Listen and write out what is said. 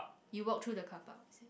you walk through the car park